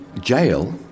jail